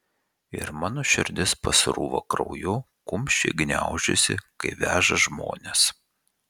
ir mano širdis pasrūva krauju kumščiai gniaužiasi kai veža žmones